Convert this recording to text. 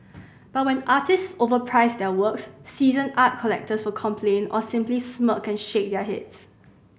but when artists overprice their works season art collectors will complain or simply smirk and shake their heads